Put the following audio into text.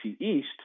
East